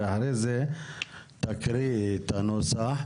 ואחרי זה תקריאי את הנוסח.